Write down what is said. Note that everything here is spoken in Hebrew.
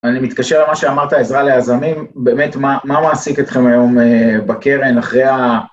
אני מתקשר למה שאמרת, עזרה ליזמים, באמת, מה מעסיק אתכם היום בקרן אחרי ה...